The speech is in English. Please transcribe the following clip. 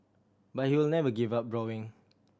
but he will never give up drawing